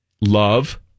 Love